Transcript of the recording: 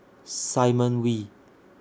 Simon Wee